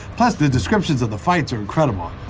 plus the descriptions of the fights are incredible